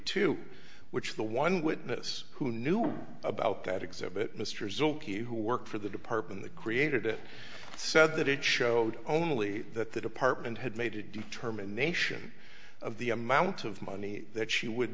two which the one witness who knew about that exhibit mr zulkey who worked for the department that created it said that it showed only that the department had made a determination of the amount of money that she would